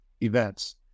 events